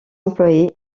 employés